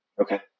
Okay